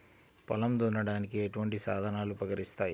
పొలం దున్నడానికి ఎటువంటి సాధనాలు ఉపకరిస్తాయి?